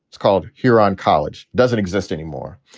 it's called here on college doesn't exist anymore.